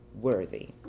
worthy